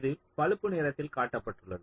இது பழுப்பு நிறத்தில் காட்டப்பட்டுள்ளது